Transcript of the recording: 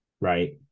Right